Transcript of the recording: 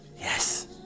Yes